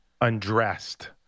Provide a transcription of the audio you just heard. undressed